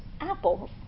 apples